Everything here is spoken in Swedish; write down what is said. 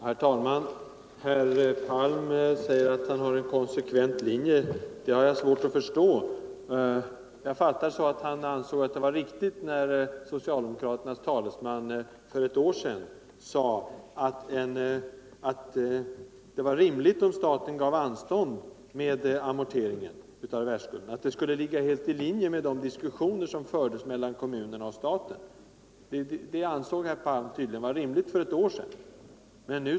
Herr talman! Herr Palm säger att han följer en konsekvent linje. Det har jag svårt att förstå. Jag fattar det så att han ansåg att det var riktigt, när socialdemokraternas talesman för ett år sedan sade att det var rimligt att staten gav anstånd med amorteringen; det skulle ligga helt i linje med de diskussioner som fördes mellan kommunerna och staten. Det ansåg tydligen herr Palm för ett år sedan vara rimligt.